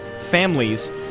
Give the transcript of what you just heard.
families